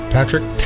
Patrick